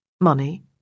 money